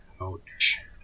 Ouch